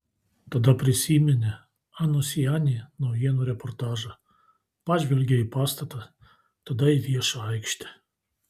tada prisiminė anos jani naujienų reportažą pažvelgė į pastatą tada į viešą aikštę